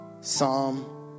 Psalm